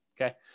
Okay